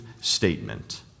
statement